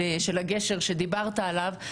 של הגשר שדיברת עליו.